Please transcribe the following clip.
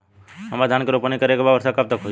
हमरा धान के रोपनी करे के बा वर्षा कब तक होई?